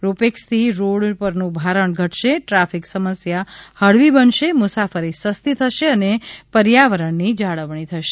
row પેક્સથી road પરનું ભારણ ઘટશે ટ્રાફિક સમસ્યા હળવી બનશે મુસાફરી સસ્તી થશે અને પર્યાવરણની જાળવણી થશે